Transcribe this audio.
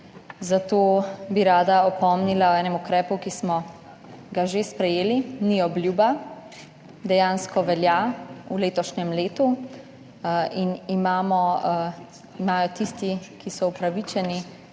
Zato bi rada spomnila na en ukrep, ki smo ga že sprejeli, ni obljuba, dejansko že velja v letošnjem letu in imajo tisti, ki so upravičeni,